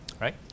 right